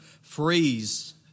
freeze